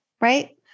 right